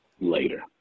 later